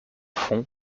fond